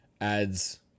adds